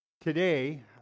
Today